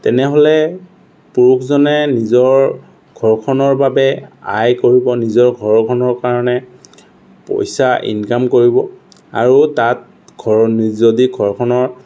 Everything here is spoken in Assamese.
তেনেহ'লে পুৰুষজনে নিজৰ ঘৰখনৰ বাবে আয় কৰিব নিজৰ ঘৰখনৰ কাৰণে পইছা ইনকাম কৰিব আৰু তাত ঘৰৰ যদি ঘৰখনৰ